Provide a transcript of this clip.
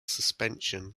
suspension